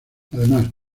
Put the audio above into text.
además